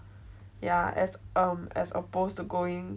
ya as um as opposed to going